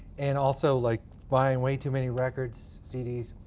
and also like buying way too many records, cds.